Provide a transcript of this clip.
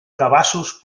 cabassos